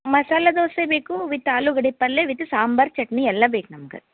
ಮಸಾಲೆ ದೋಸೆ ಬೇಕು ವಿತ್ ಆಲೂಗಡ್ಡೆ ಪಲ್ಯ ವಿತ್ ಸಾಂಬಾರು ಚಟ್ನಿ ಎಲ್ಲ ಬೇಕು ನಮ್ಗೆ